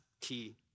key